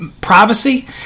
Privacy